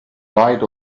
light